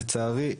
לצערי,